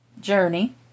Journey